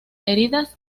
heridas